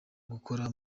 gukora